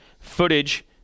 Footage